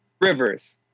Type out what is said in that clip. Rivers